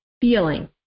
feeling